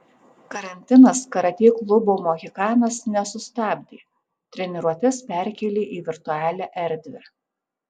karantinas karatė klubo mohikanas nesustabdė treniruotes perkėlė į virtualią erdvę